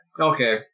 Okay